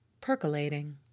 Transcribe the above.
Percolating